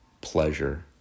pleasure